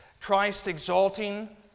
Christ-exalting